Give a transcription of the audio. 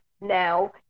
now